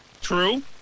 True